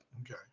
Okay